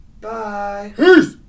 Bye